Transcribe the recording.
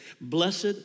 blessed